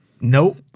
Nope